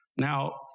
Now